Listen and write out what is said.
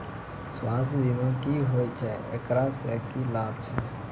स्वास्थ्य बीमा की होय छै, एकरा से की लाभ छै?